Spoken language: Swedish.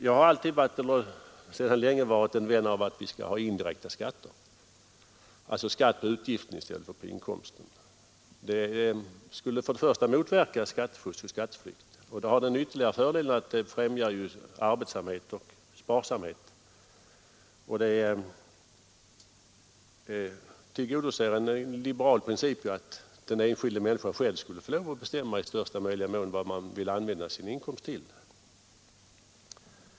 Jag har sedan länge varit vän av indirekta skatter, dvs. skatt på utgiften i stället för på inkomsten. Ett sådant system skulle först och främst motverka skattefusk och skatteflykt. Det har den ytterligare fördelen att det främjar arbetsamhet och sparsamhet, och det tillgodoser en liberal princip att den enskilda människan själv i största möjliga mån skall få bestämma vad hon vill använda sin inkomst till.